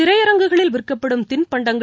திரையரங்குகளில் விற்கப்படும் தின்பண்டங்கள்